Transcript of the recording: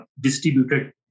distributed